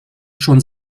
schon